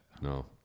No